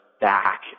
back